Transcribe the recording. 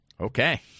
Okay